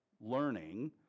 learning